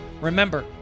Remember